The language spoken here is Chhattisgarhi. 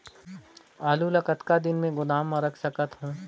आलू ल कतका दिन तक गोदाम मे रख सकथ हों?